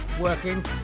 working